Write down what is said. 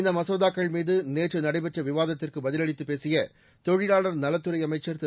இந்த மசோதாக்கள்மீது நேற்று நடைபெற்ற விவாதத்திற்கு பதிலளித்துப் பேசிய தொழிலாளர் நலத்துறை அமைச்சர் திரு